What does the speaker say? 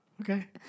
okay